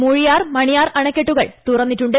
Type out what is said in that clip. മൂഴിയാർ മണിയാർ അണക്കെട്ടുകൾ തുറന്നിട്ടുണ്ട്